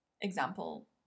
example